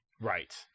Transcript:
Right